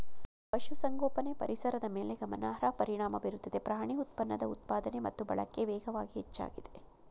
ಪಶುಸಂಗೋಪನೆ ಪರಿಸರದ ಮೇಲೆ ಗಮನಾರ್ಹ ಪರಿಣಾಮ ಬೀರುತ್ತದೆ ಪ್ರಾಣಿ ಉತ್ಪನ್ನದ ಉತ್ಪಾದನೆ ಮತ್ತು ಬಳಕೆ ವೇಗವಾಗಿ ಹೆಚ್ಚಾಗಿದೆ